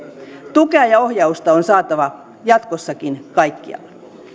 tukea ja ohjausta on saatava jatkossakin kaikkialla